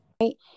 right